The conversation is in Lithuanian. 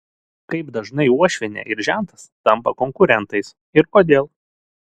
kaip dažnai uošvienė ir žentas tampa konkurentais ir kodėl